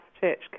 church